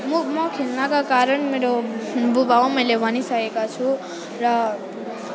म म खेल्नको मेरो बुबा हो मैले भनिसकेको छु र